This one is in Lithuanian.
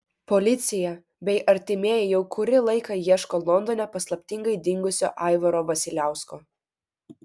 policija bei artimieji jau kurį laiką ieško londone paslaptingai dingusio aivaro vasiliausko